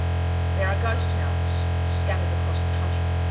there are ghost towns scattered across the country.